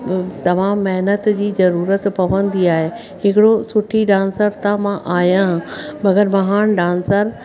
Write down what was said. तमामु महिनत जी ज़रूरत पवंदी आहे हिकिड़ो सुठी डांसर त मां आहियां मगर महान डांसर